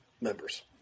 members